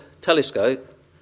telescope